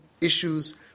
issues